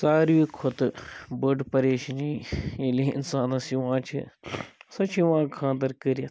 ساروٕے کھۄتہٕ بٔڑ پریشٲنی ییٚلہِ اِنسانَس یِوان چھِ سۄ چھِ یِوان خاندَر کٔرِتھ